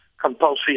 compulsory